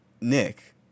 Nick